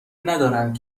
ندارند